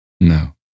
No